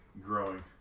growing